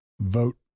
vote